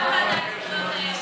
מה הקשר?